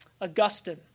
Augustine